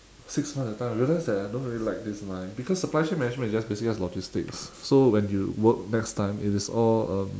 six months that time I realised that I don't really like this line because supply ship management is just basically just logistics so when you work next time it is all um